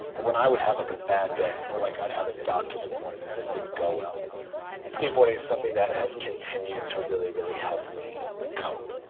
when i would have like a bad day, or like i'd have a doctor's appointment that didn't go well skateboarding is something that has continued to really, really help me cope.